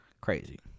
Crazy